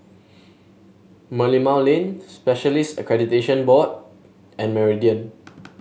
Merlimau Lane Specialist Accreditation Board and Meridian